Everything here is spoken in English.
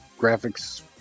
graphics